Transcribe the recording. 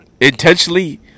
intentionally